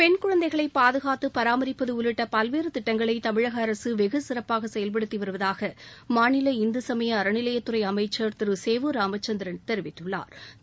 பெண் குழந்தைகளை பாதுகாத்து பராமரிப்பது உள்ளிட்ட பல்வேறு திட்டங்களை தமிழக அரசு வெகு சிறப்பாக செயல்படுத்தி வருவதாக மாநில இந்து சமய அறநிலையத்துறை அமைச்சர் திரு சேவூர் ராமச்சந்திரன் தெரிவித்துள்ளாாா்